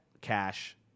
cash